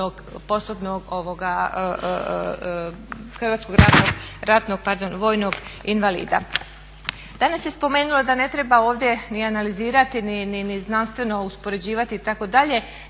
preglede od jednog 20%-tnog HRVI-a. Danas se spomenulo da ne treba ovdje ni analizirati ni znanstveno uspoređivati itd.,